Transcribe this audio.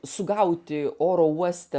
sugauti oro uoste